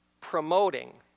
promoting